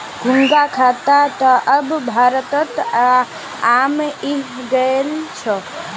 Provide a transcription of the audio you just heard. घोंघा खाना त अब भारतत आम हइ गेल छ